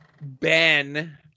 Ben